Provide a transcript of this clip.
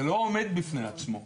זה לא עומד בפני עצמו.